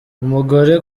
umugore